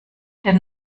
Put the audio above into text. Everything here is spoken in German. den